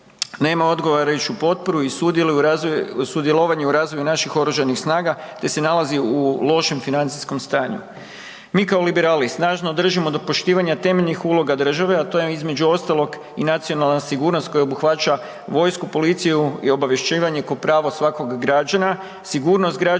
nema odgovarajuću potporu i sudjelovanje u razvoju naših Oružanih snaga te se nalazi u lošem financijskom stanju. Mi kao liberali snažno držimo do poštivanja temeljnih uloga države, a to je, između ostalog i nacionalna sigurnost koja obuhvaća vojsku, policiju i obavješćivanje kao prava svakog građana, sigurnost građana